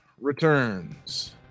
Returns